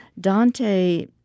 Dante